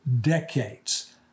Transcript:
decades